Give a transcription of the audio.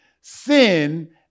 Sin